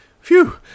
Phew